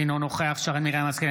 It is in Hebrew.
אינו נוכח שרן מרים השכל,